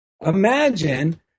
Imagine